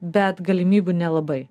bet galimybių nelabai